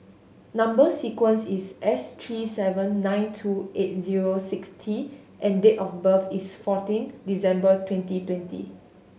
number sequence is S three seven nine two eight zero six T and date of birth is fourteen December twenty twenty